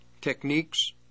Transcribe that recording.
techniques